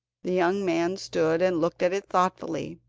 the young man stood and looked at it thoughtfully.